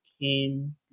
came